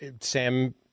sam